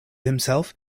himself